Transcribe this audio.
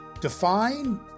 define